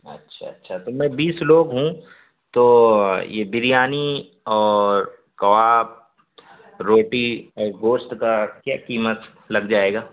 اچھا اچھا تو میں بیس لوگ ہوں تو یہ بریانی اور کباب روٹی اور گوشت کا کیا قیمت لگ جائے گا